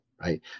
right